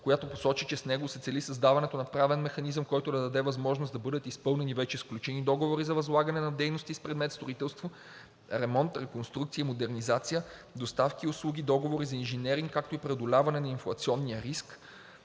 която посочи, че с него се цели създаването на правен механизъм, който да даде възможност да бъдат изпълнени вече сключени договори за възлагане на дейности с предмет строителство, ремонт, реконструкция и модернизация, доставки и услуги, договори за инженеринг, както и преодоляване на инфлационния риск